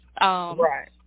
Right